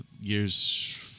years